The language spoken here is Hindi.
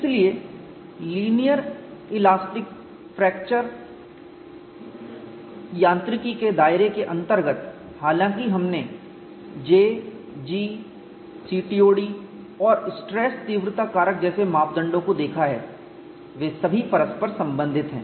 इसलिए लीनियर इलास्टिक फ्रैक्चर यांत्रिकी के दायरे के अंतर्गत हालांकि हमने J G CTOD और स्ट्रेस तीव्रता कारक जैसे मापदंडों को देखा है वे सभी परस्पर संबंधित हैं